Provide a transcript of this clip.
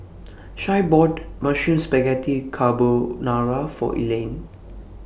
Shae bought Mushroom Spaghetti Carbonara For Elaine